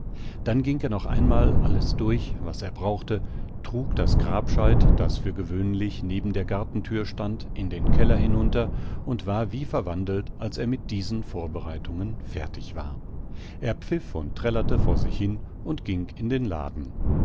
dann ging er noch einmal alles durch was er brauchte trug das grabscheit das für gewöhnlich neben der gartenthür stand in den keller hinunter und war wie verwandelt als er mit diesen vorbereitungen fertig war er pfiff und trällerte vor sich hin und ging in den laden